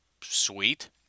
sweet